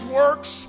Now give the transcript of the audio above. works